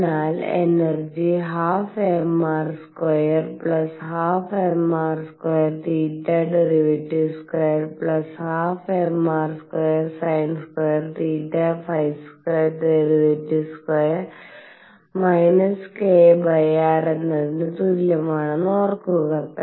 അതിനാൽ energy 12 m r˙212mr2 θ˙2 12mr2 sin2 θ 2˙ − kr എന്നതിന് തുല്യമാണെന്ന് ഓർക്കുക